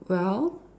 well